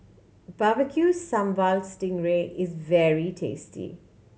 Barbecue Sambal sting ray is very tasty